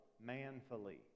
manfully